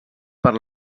per